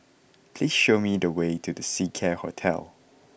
please show me the way to The Seacare Hotel